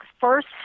first